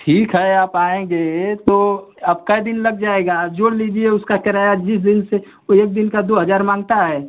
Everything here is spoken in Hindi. ठीक है आप आएँगे तो अब कई दिन लग जाएगा जोड़ लीजिए उसका किराया जिस दिन से वो एक दिन का दो हज़ार माँगता है